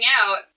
out